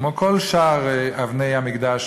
כמו כל שאר אבני המקדש,